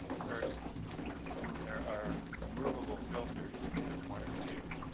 first there are removable filters, either one or two,